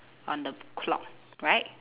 on the clock right